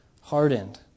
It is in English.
hardened